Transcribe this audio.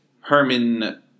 Herman